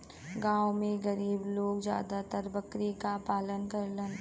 गांव में गरीब लोग जादातर बकरी क पालन करलन